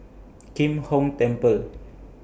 Kim Hong Temple